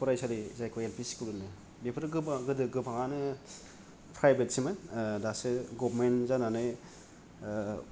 फरायसालि जायखौ L P school होनो बेफोर गोबां गोदो गोबाङानो फ्राइभेटसोमोन दासो गभमेन्ट जानानै